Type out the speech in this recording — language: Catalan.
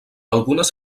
algunes